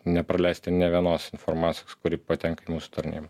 nepraleisti nė vienos informacijos kuri patenka į mūsų tarnybą